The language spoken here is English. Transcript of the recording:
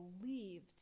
believed